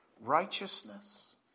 righteousness